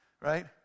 right